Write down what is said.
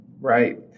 Right